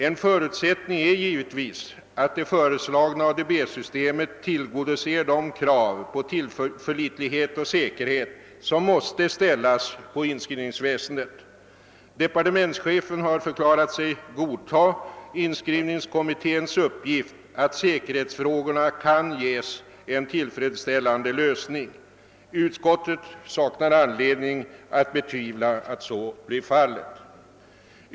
En förutsättning är givetvis att det föreslagna ADB-systemet tillgodoser de krav på tillförlitlighet och säkerhet som måste ställas på inskrivningsväsendet. Departementschefen har förklarat sig godta inskrivningskommitténs uppgift att säkerhetsfrågorna kan ges en tillfredsställande lösning. Utskottet saknar anledning att betvivla att så blir fallet.